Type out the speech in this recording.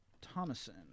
Thomason